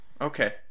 Okay